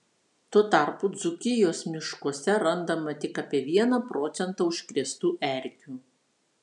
tuo tarpu dzūkijos miškuose randama tik apie vieną procentą užkrėstų erkių